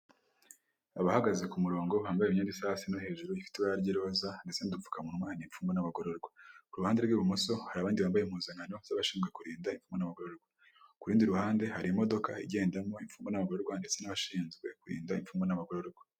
Abahagaze ku murongo bambaye imyenda isa hasi no hejuru ifite ibara ry'iroza ndetse n'udumfukamunwa ni imfungwa n'abagororwa, ku ruhande rw'ibumoso hari abandi bambaye impuzankano z'abashinzwe kurinda imfungwa n'abagororwa, ku rundi ruhande hari imodoka igendamo imfugwa n'abagorerwa ndetse n'abashinzwe kurinda imfungwa n'abagororwa.